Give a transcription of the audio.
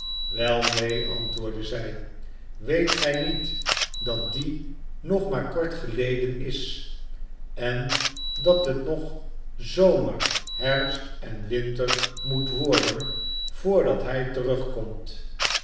wel neen antwoordde zij weet gij niet dat die nog maar kort geledcn is en dat het nog zomer herfst en winter moet worden voordat hij terugkomt